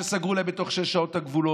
שסגרו להם בתוך שש שעות את הגבולות,